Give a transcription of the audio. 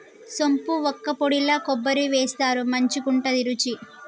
సోంపు వక్కపొడిల కొబ్బరి వేస్తారు మంచికుంటది రుచి